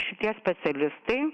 šitie specialistai